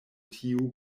tiu